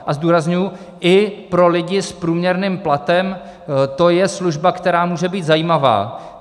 A zdůrazňuji, i pro lidi s průměrným platem to je služba, která může být zajímavá.